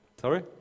Sorry